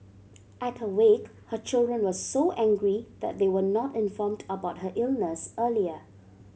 at her wake her children were so angry that they were not informed about her illness earlier